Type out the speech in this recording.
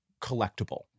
collectible